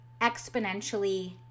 exponentially